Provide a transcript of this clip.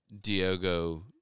Diogo